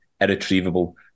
irretrievable